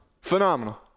Phenomenal